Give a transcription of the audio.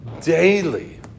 daily